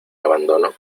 abandono